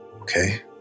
Okay